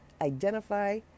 identify